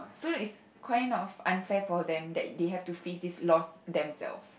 so its quite not unfair for them that they have to fixed this lost themselves